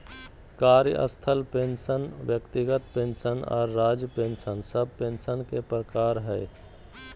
कार्यस्थल पेंशन व्यक्तिगत पेंशन आर राज्य पेंशन सब पेंशन के प्रकार हय